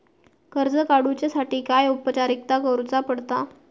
कर्ज काडुच्यासाठी काय औपचारिकता करुचा पडता?